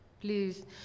please